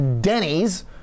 Denny's